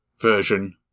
version